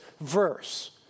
verse